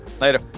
Later